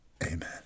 Amen